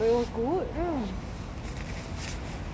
என்னா:enna that is sounds damn weird that was good